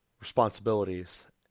responsibilities